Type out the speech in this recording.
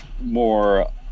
more